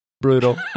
brutal